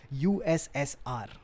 USSR